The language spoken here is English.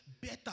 better